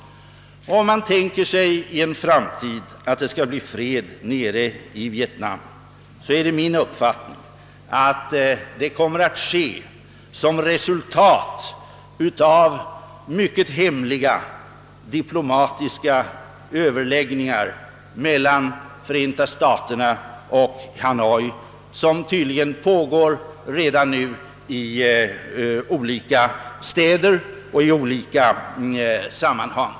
Om det i en framtid skall bli fred i Vietnam så skommer det enligt min uppfattning att vara resultatet av mycket hemliga diplomatiska överläggningar mellan Förenta staterna och Hanoi, förhandlingar som tydligen nuredan pågår i olika städer och i olika sammanhang.